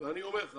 ואני אומר לך